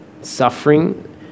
suffering